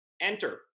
enter